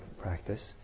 practice